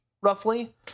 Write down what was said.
roughly